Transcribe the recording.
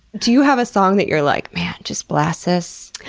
do you have a song that you're like, man, just blast this?